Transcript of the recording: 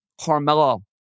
Carmelo